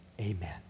amen